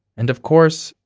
and, of course,